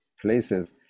places